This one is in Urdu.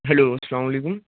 ہیلو السلام علیکم